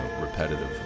repetitive